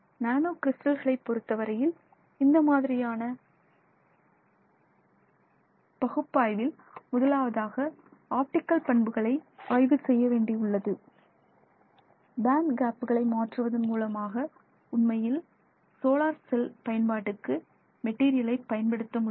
நானோ கிரிஸ்டல்களைப் பொறுத்தவரையில் இந்த மாதிரியான பகுப்பாய்வில் முதலாவதாக ஆப்டிகல் பண்புகளை ஆய்வு செய்ய வேண்டியுள்ளது பேன்ட் கேப்புகளை மாற்றுவதன் மூலமாக உண்மையில் சோலார் செல் பயன்பாட்டுக்கு மெட்டீரியலை பயன்படுத்த முடியும்